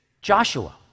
Joshua